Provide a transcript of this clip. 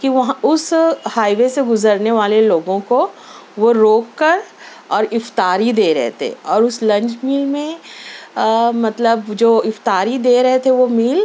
کہ وہاں اُس ہائے وے سے گزرنے والے لوگوں کو وہ روک کر اور افطاری دے رہے تھے اور اُس لنچ میل میں مطلب جو افطاری دے رہے تھے وہ میل